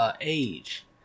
age